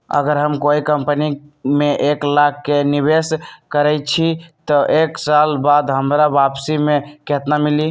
अगर हम कोई कंपनी में एक लाख के निवेस करईछी त एक साल बाद हमरा वापसी में केतना मिली?